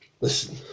Listen